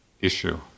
issue